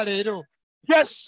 Yes